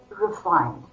refined